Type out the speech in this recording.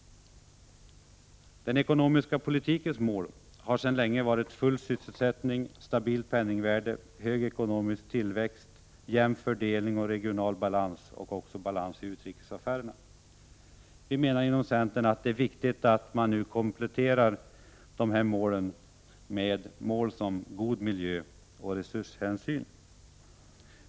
Den ekonomiska politikens mål har sedan länge varit full sysselsättning, stabilt penningvärde, hög ekonomisk tillväxt, jämn fördelning, regional balans och balans i utrikesaffärerna. Centerpartiet anser att det nu är nödvändigt att dessa mål kompletteras med mål som god miljö och resurshänsyn.